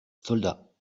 soldats